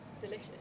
delicious